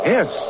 Yes